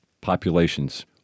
populations